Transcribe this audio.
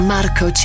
Marco